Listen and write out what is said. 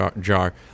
jar